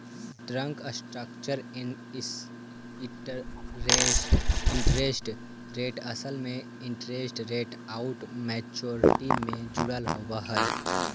term structure interest rate असल में interest rate आउ मैच्योरिटी से जुड़ल होवऽ हई